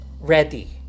ready